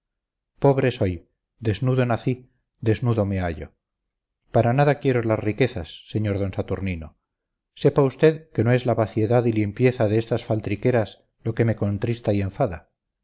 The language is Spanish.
pobre soy desnudo nací desnudo me hallo para nada quiero las riquezas sr d saturnino sepa usted que no es la vaciedad y limpieza de estas faltriqueras lo que me contrista y enfada